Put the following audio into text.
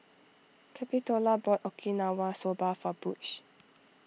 Capitola bought Okinawa Soba for Butch